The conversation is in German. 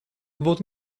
wurden